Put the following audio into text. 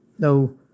No